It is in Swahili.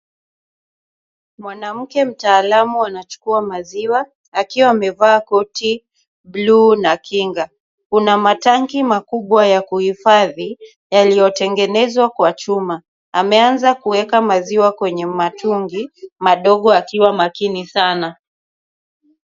Mwanamke mtaalamu anachukua maziwa, akiwa amevaa koti bluu na kinga. Kuna matanki makubwa ya kuhifadhi, yaliyotengenezwa kwa chuma. Ameanza kuweka maziwa kwenye matungi madogo akiwa makini sana.